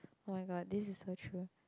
oh-my-god this is so true